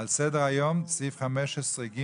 על סדר היום סעיף 15(ג),